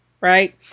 Right